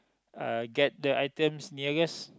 uh get the items nearest